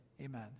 Amen